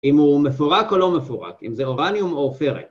אם הוא מפורק או לא מפורק, אם זה אורניום או פרק.